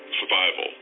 survival